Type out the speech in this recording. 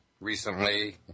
recently